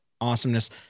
awesomeness